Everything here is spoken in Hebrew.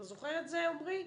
אתה זוכר את זה, עמרי?